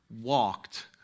walked